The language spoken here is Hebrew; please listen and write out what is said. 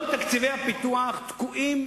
כל תקציבי הפיתוח תקועים,